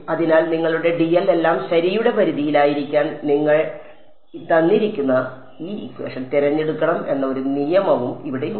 അതിനാൽ നിങ്ങളുടെ dl എല്ലാം ശരിയുടെ പരിധിയിലായിരിക്കാൻ നിങ്ങൾ തിരഞ്ഞെടുക്കണം എന്ന ഒരു നിയമവും ഇവിടെയുണ്ട്